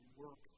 work